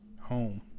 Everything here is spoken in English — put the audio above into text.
home